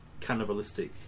cannibalistic